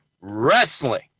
wrestling